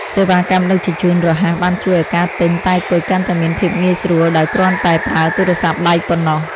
សេវាកម្មដឹកជញ្ជូនរហ័សបានជួយឱ្យការទិញតែគុជកាន់តែមានភាពងាយស្រួលដោយគ្រាន់តែប្រើទូរស័ព្ទដៃប៉ុណ្ណោះ។